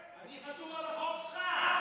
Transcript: חתום על החוק שלך.